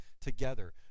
together